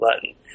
button